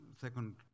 second